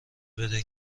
بده